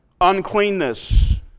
Uncleanness